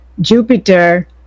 Jupiter